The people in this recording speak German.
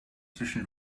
zwischen